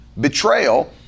betrayal